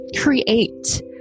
create